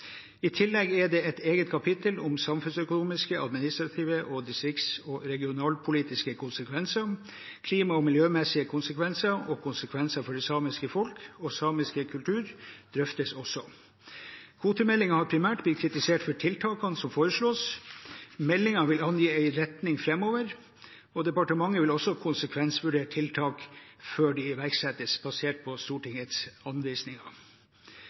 I tillegg er det et eget kapittel om samfunnsøkonomiske, administrative og distrikts- og regionalpolitiske konsekvenser og klima- og miljømessige konsekvenser. Konsekvenser for det samiske folk og samisk kultur drøftes også. Kvotemeldingen har primært blitt kritisert for tiltakene som foreslås. Meldingen vil angi en retning framover. Departementet vil også konsekvensvurdere tiltak før de iverksettes, basert på Stortingets anvisninger.